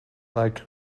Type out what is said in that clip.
like